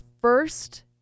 first